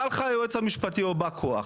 בא לך היועץ המשפטי או בא כוח,